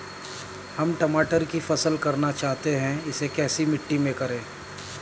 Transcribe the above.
हम टमाटर की फसल करना चाहते हैं इसे कैसी मिट्टी में करें?